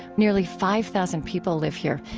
nearly five thousand people live here,